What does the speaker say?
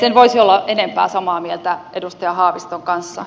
en voisi olla enempää samaa mieltä edustaja haaviston kanssa